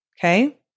Okay